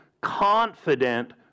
confident